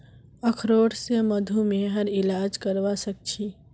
अखरोट स मधुमेहर इलाज करवा सख छी